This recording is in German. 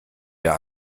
der